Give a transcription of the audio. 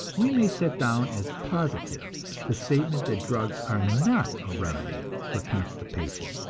we may set down as positive the statement that drugs are not a remedy for constipation.